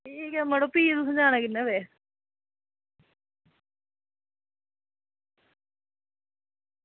ठीक ऐ मड़ो भी बी तुसें जाना किन्ने बजे